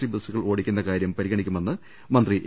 C ബസ്റ്റുകൾ ഓടിക്കുന്ന കാരൃം പരിഗണിക്കുമെന്ന് മന്ത്രി എ